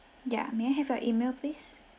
ya may I have your email please